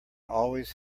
always